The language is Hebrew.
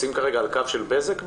שלום, אני שמחה להיות פה.